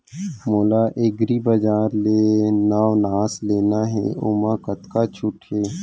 मोला एग्रीबजार ले नवनास लेना हे ओमा कतका छूट हे?